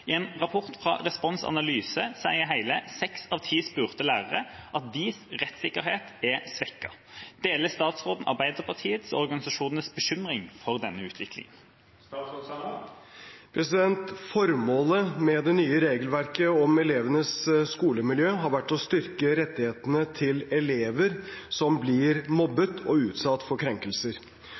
I en rapport fra Respons Analyse sier hele seks av ti spurte lærere at deres rettssikkerhet er svekket. Deler statsråden Arbeiderpartiets og organisasjonenes bekymring for denne utviklingen?» Formålet med det nye regelverket om elevenes skolemiljø har vært å styrke rettighetene til elever som blir mobbet og utsatt for krenkelser.